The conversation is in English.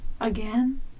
Again